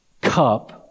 cup